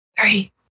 three